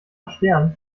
stern